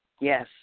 yes